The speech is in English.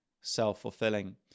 self-fulfilling